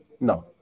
No